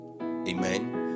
amen